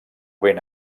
ben